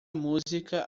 música